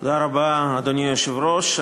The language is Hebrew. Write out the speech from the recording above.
תודה רבה, אדוני היושב-ראש.